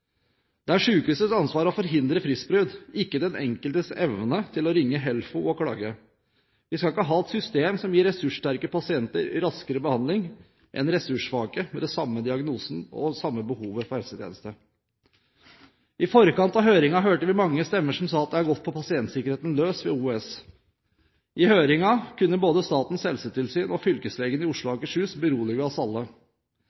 Det er sykehusets ansvar å forhindre fristbrudd, ikke den enkeltes evne til å ringe HELFO og klage. Vi skal ikke ha et system som gir ressurssterke pasienter raskere behandling enn ressurssvake med samme diagnose og samme behov for helsetjeneste. I forkant av høringen hørte vi mange stemmer som sa at det har gått på pasientsikkerheten løs ved OUS. I høringen kunne både Statens helsetilsyn og fylkeslegen i Oslo og